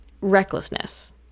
recklessness